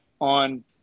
on